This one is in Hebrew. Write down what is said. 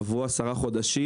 עברו מאז 10 חודשים.